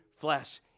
flesh